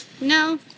No